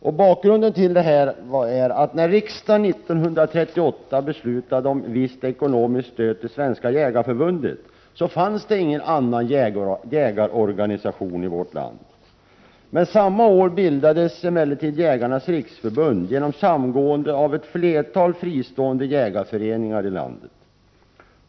När riksdagen 1938 beslutade om visst ekonomiskt stöd till Svenska jägareförbundet, fanns det ingen annan jägarorganisation i landet. Samma år bildades emellertid Jägarnas riksförbund genom samgående av ett flertal fristående jägarföreningar inom landet.